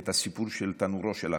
את הסיפור של תנורו של עכנאי.